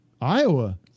Iowa